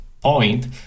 point